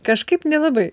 kažkaip nelabai